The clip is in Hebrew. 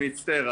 אני מצטער.